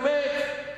באמת,